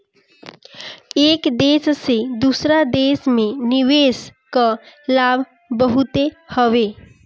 एक देस से दूसरा देस में निवेश कअ लाभ बहुते हवे